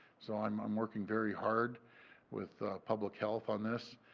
so, i am um working very hard with public health on this.